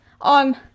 on